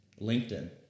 LinkedIn